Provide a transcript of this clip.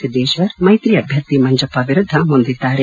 ಸಿದ್ದೇಶ್ವರ್ ಮೈತ್ರಿ ಅಭ್ಯರ್ಥಿ ಮಂಜಪ್ಪ ವಿರುದ್ಧ ಮುಂದಿದ್ದಾರೆ